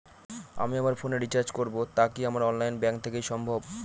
আমি আমার ফোন এ রিচার্জ করব টা কি আমার অনলাইন ব্যাংক থেকেই সম্ভব?